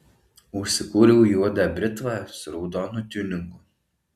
užsikūriau juodą britvą su raudonu tiuningu